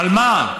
על מה?